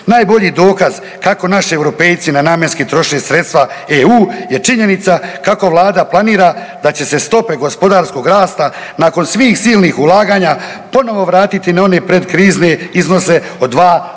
Najbolji dokaz kako naši Europejci nenamjenski troše sredstva EU je činjenica kako vlada planira da će se stope gospodarskog rasta nakon svih silnih ulaganja ponovo vratiti na one predkrizne iznose od 2 ili